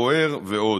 בערוער ועוד.